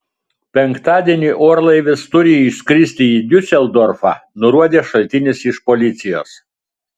penktadienį orlaivis turi išskristi į diuseldorfą nurodė šaltinis iš policijos